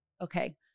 okay